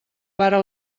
pare